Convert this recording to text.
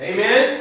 Amen